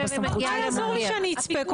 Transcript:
אז מה את רוצה לעשות בסמכות?